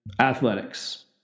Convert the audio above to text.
athletics